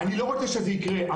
אני לא רוצה שזה יקרה.